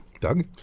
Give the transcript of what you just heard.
Doug